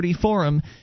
forum